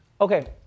Okay